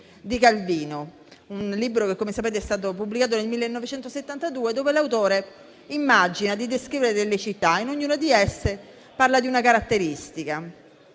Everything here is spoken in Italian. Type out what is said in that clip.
di Calvino, un libro che, come sapete, è stato pubblicato nel 1972, dove l'autore immagina di descrivere delle città e parla di una caratteristica